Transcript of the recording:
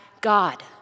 God